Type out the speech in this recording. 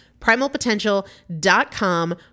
Primalpotential.com